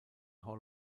hall